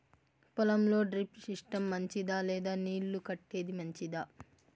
పొలం లో drip system మంచిదా లేదా నీళ్లు కట్టేది మంచిదా?